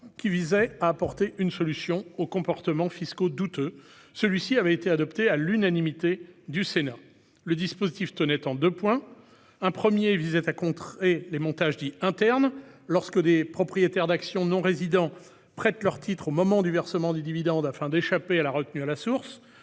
qui visait à apporter une solution aux comportements fiscaux douteux. Celui-ci avait été adopté à l'unanimité par le Sénat. Le dispositif tenait en deux points. Un premier visait à contrer les montages dits internes, lorsque des propriétaires d'actions non-résidents prêtent leurs titres au moment du versement des dividendes afin d'échapper à la retenue à la source.